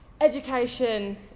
education